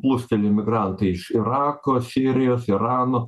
plūstelėjo imigrantai iš irako sirijos irano